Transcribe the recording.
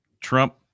Trump